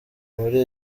muri